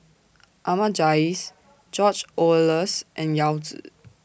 Ahmad Jais George Oehlers and Yao Zi